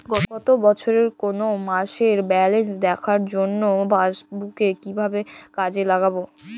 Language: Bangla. গত বছরের কোনো মাসের ব্যালেন্স দেখার জন্য পাসবুক কীভাবে কাজে লাগাব?